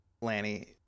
Lanny